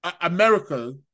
America